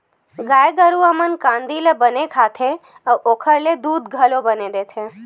गाय गरूवा मन कांदी ल बने खाथे अउ ओखर ले दूद घलो बने देथे